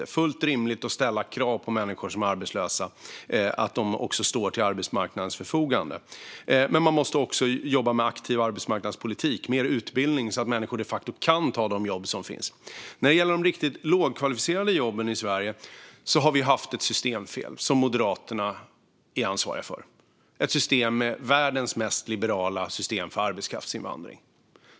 Det är fullt rimligt att ställa krav på människor som är arbetslösa att de ska stå till arbetsmarknadens förfogande. Men man måste också jobba med en aktiv arbetsmarknadspolitik och mer utbildning så att människor de facto kan ta de jobb som finns. När det gäller de riktigt lågkvalificerade jobben i Sverige har vi haft ett systemfel som Moderaterna är ansvariga för: världens mest liberala system för arbetskraftsinvandring.